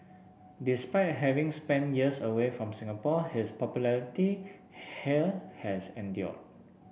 despite having spent years away from Singapore his popularity here has endured